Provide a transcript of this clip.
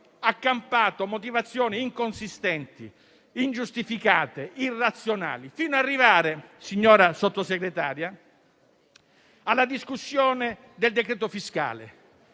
accampato motivazioni inconsistenti, ingiustificate, irrazionali. E si è arrivati, signora Sottosegretaria, alla discussione del decreto-legge fiscale,